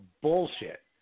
bullshit